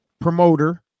promoter